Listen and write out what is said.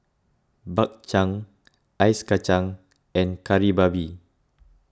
Bak Chang Ice Kacang and Kari Babi